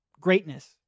greatness